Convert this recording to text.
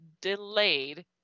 delayed